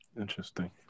Interesting